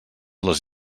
les